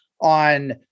on